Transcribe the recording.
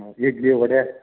ಹಾಂ ಇಡ್ಲಿ ವಡೆ